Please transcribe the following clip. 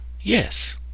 Yes